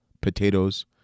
potatoes